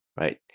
right